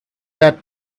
that